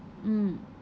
mm